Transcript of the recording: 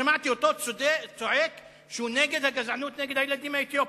שמעתי אותו צועק שהוא נגד הגזענות נגד הילדים האתיופים.